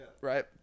right